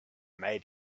made